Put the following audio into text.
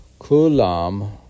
Kulam